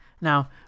now